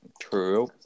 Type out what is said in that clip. True